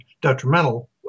detrimental